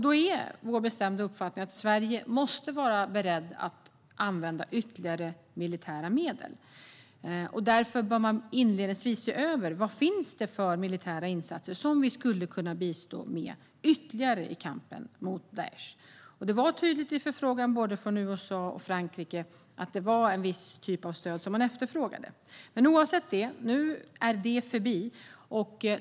Då är vår bestämda uppfattning att Sverige måste vara berett att använda ytterligare militära medel. Därför bör man inledningsvis se över: Vad finns det för militära insatser som vi skulle kunna bistå med ytterligare i kampen mot Daish? Det var tydligt i förfrågan från både USA och Frankrike att det var en viss typ av stöd som man efterfrågade. Oavsett det: Nu är det förbi.